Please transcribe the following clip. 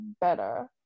better